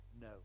no